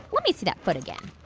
let me see that foot again.